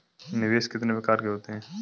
निवेश कितने प्रकार के होते हैं?